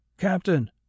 Captain